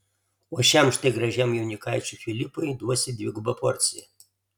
o šiam štai gražiam jaunikaičiui filipui duosi dvigubą porciją